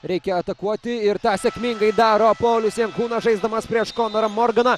reikia atakuoti tą sėkmingai daro paulius jankūnas žaisdamas prieš konorą morganą